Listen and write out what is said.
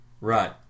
Right